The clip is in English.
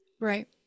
right